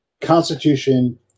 constitution